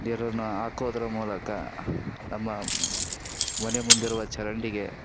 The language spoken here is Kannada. ನೀರನ್ನು ಹಾಕೋದ್ರ ಮೂಲಕ ನಮ್ಮ ಮನೆ ಮುಂದಿರುವ ಚರಂಡಿಗೆ